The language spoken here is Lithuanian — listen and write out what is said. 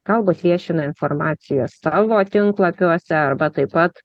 galbūt viešina informaciją savo tinklapiuose arba taip pat